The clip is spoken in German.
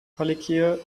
palikir